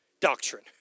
Doctrine